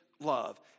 love